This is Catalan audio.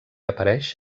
apareix